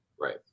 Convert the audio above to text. Right